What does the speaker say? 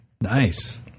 Nice